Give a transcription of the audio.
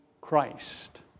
Christ